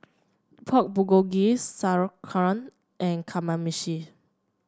Pork Bulgogi Sauerkraut and Kamameshi